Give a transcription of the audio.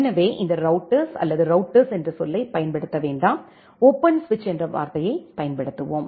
எனவே இந்த ரௌட்டர்ஸ் அல்லது ரௌட்டர்ஸ் என்ற சொல்லைப் பயன்படுத்த வேண்டாம் ஓபன் சுவிட்ச் என்ற வார்த்தையைப் பயன்படுத்துவோம்